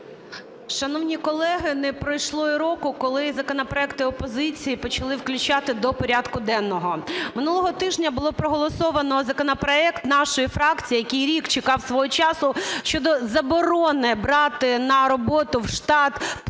Шановні колеги, не пройшло і року, коли законопроекти опозиції почали включати до порядку денного. Минулого тижня було проголосовано законопроект нашої фракції, який рік чекав свого часу, щодо заборони брати на роботу в штат своїми